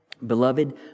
Beloved